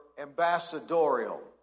ambassadorial